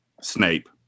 Snape